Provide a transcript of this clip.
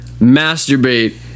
masturbate